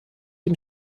dem